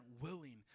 willing